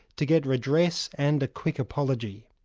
to get redress and a quick apology.